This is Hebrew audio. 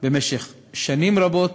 במשך שנים רבות,